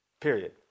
Period